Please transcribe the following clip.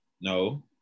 no